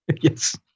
Yes